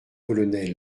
col